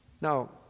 Now